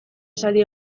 esaldi